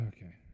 Okay